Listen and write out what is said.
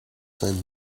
sent